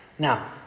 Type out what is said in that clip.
Now